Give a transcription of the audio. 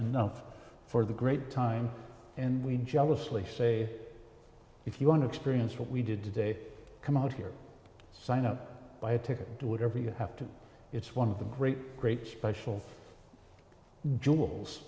enough for the great time and we jealous lee say if you want to experience what we did today come out here sign up buy a ticket do whatever you have to it's one of the great great special j